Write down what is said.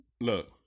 Look